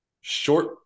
short